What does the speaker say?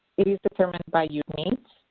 it is determined by your needs,